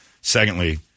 Secondly